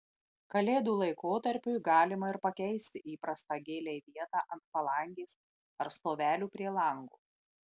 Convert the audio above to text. kalėdų laikotarpiui galima ir pakeisti įprastą gėlei vietą ant palangės ar stovelių prie lango